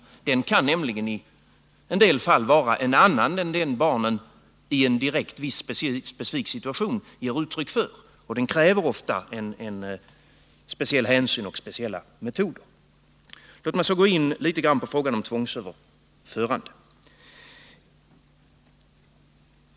Ett barns vilja kan nämligen i en del fall vara annorlunda än den vilja barnet i en viss situation ger uttryck för. Det krävs ofta speciella hänsyn och speciella metoder. Låt mig sedan något gå in på frågan om tvångsöverförande.